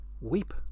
weep